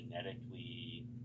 genetically